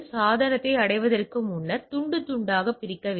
சாதனத்தை அடைவதற்கு முன்னர் துண்டு துண்டாகப் பிரிக்க வேண்டும்